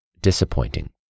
disappointing